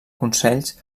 consells